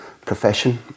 profession